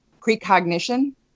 precognition